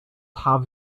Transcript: have